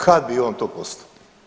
Kad bi on to postao?